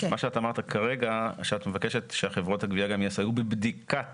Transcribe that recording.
מה שאמרת כרגע זה שאת מבקשת שחברות הגבייה גם יסייעו בבדיקת